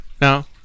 Now